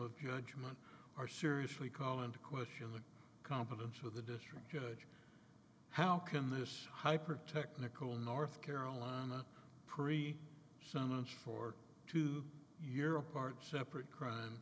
of judgment are seriously call into question the competence of the district judge how can this hypertechnical north carolina pre so much for two year apart separate crime